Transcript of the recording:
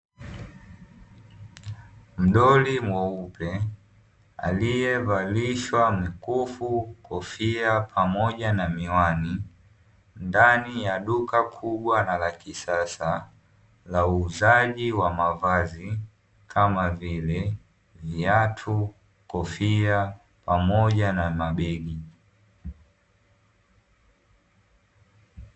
Mdoli mweupe aliyevalishwa mkufu, kofia pamoja na miwani, ndani ya duka kubwa na la kisasa la uuzaji wa mavazi, kama vile; viatu, kofia pamoja na mabegi.